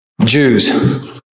Jews